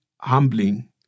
humbling